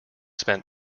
spent